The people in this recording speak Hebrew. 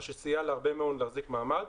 מה שסייע להרבה מאוד להחזיק מעמד,